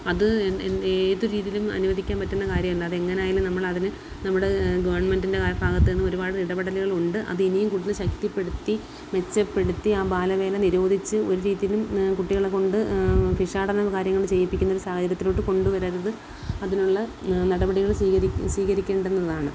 അത് ഏത് രീതിയിലും അനുവദിക്കാൻ പറ്റുന്ന കാര്യമല്ല അത് എങ്ങനെ ആയാലും നമ്മളതിന് നമ്മുടെ ഗെവൺമെൻറ്റിൻ്റെ ഭാഗത്ത് നിന്ന് ഒരുപാട് ഇടപെടലുകളുണ്ട് അത് ഇനിയും കൂടുതൽ ശക്തിപ്പെടുത്തിയും മെച്ചപ്പെടുത്തി ആ ബാലവേല നിരോധിച്ച് ഒരു രീതിയിലും കുട്ടികളെക്കൊണ്ട് ഭിക്ഷാടനമോ കാര്യങ്ങൾ ചെയ്യിപ്പിക്കുന്നൊരു സാഹചര്യത്തിലോട്ട് കൊണ്ട് വരരുത് അതിനുള്ള നടപടികൾ സ്വീകരിക്കേണ്ടുന്നതാണ്